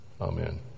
amen